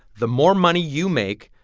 the more money you make,